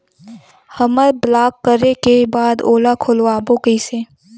हमर ब्लॉक करे के बाद ओला खोलवाबो कइसे?